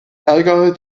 ärgere